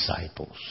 disciples